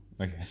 okay